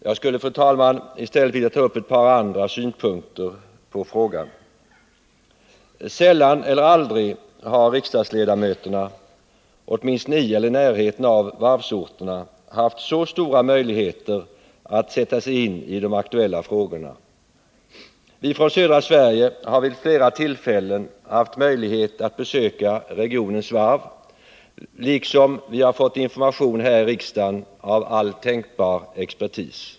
Jag skulle i stället, fru talman, vilja ta upp ett par andra synpunkter på Nr 164 frågan. Sällan eller aldrig har riksdagsledamöterna, åtminstone på eller i närheten av varvsorterna, haft så stora möjligheter att sätta sig in i de aktuella frågorna. Vi från södra Sverige har vid flera tillfällen haft möjlighet att besöka regionens varv, och vi har här i riksdagen fått information av all tänkbar expertis.